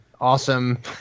awesome